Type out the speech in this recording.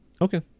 Okay